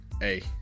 Hey